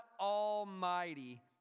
Almighty